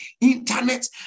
internet